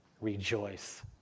rejoice